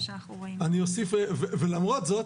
ולמרות זאת,